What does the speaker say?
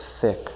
thick